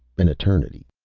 an eternity.